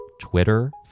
Twitter